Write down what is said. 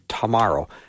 tomorrow